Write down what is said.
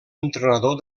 entrenador